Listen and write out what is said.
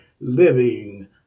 living